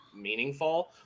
meaningful